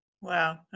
Wow